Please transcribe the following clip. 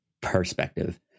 perspective